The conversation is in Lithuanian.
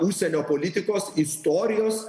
užsienio politikos istorijos